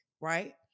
right